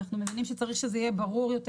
אנחנו מבינים שצריך שזה יהיה ברור יותר